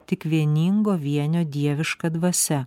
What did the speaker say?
tik vieningo vienio dieviška dvasia